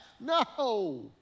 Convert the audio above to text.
No